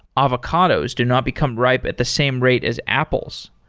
avocados do not become ripe at the same rate as apples.